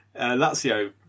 Lazio